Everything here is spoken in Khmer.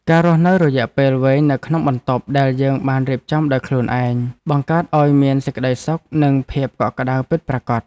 ការរស់នៅរយៈពេលវែងនៅក្នុងបន្ទប់ដែលយើងបានរៀបចំដោយខ្លួនឯងបង្កើតឱ្យមានសេចក្ដីសុខនិងភាពកក់ក្ដៅពិតប្រាកដ។